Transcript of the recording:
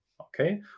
okay